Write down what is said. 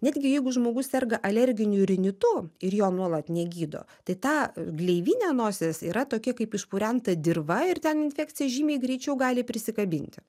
netgi jeigu žmogus serga alerginiu rinitu ir jo nuolat negydo tai ta gleivinė nosies yra tokie kaip išpurenta dirva ir ten infekcija žymiai greičiau gali prisikabinti